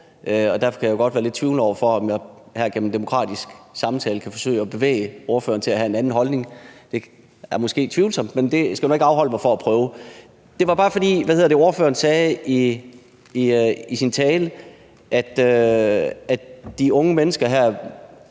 derfor kan jeg jo godt være lidt tvivlende over for, om jeg igennem demokratisk samtale kan bevæge ordføreren til at have en anden holdning. Det er tvivlsomt, men det skal nu ikke afholde mig fra at prøve. Ordføreren sagde i sin tale, at de her unge mennesker